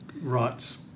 rights